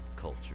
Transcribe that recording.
culture